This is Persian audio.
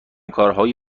کارهای